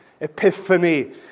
epiphany